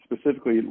Specifically